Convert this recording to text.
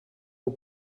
aux